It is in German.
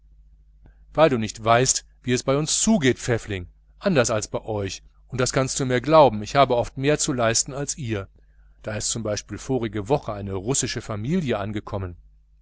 weil du nicht weißt wie es bei uns zugeht pfäffling anders als bei euch und das kannst du mir glauben ich habe oft mehr zu leisten als ihr da ist zum beispiel vorige woche eine russische familie angekommen